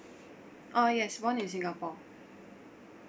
uh yes born in singapore